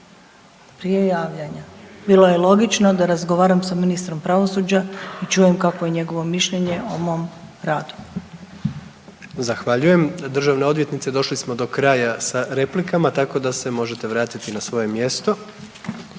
prije javljanja. Bilo je logično da razgovaram s Ministrom pravosuđa i čujem kakvo je njegovo mišljenje o mom radu. **Jandroković, Gordan (HDZ)** Zahvaljujem Državna odvjetnice. Došli smo do kraja sa replikama tako da se možete vratiti na svoje mjesto.